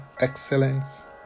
excellence